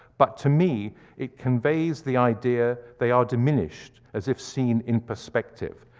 but to me it conveys the idea they are diminished, as if seen in perspective.